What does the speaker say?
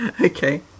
Okay